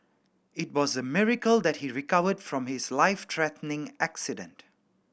it was a miracle that he recovered from his life threatening accident